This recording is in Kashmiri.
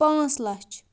پانٛژھ لَچھ